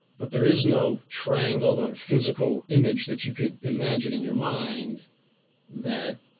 but there is no triangle or physical image that you could imagine in your mind that